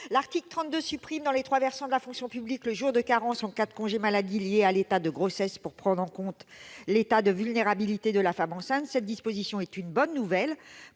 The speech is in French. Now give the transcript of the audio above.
L'article 32 supprime, dans les trois versants de la fonction publique, le jour de carence en cas de congé maladie lié à une grossesse, pour prendre en compte l'état de vulnérabilité de la femme enceinte. Cette disposition est une bonne nouvelle